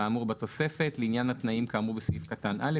על האמור בתוספת לעניין התנאים כאמור בסעיף קטן (א),